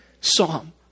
psalm